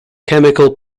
chemical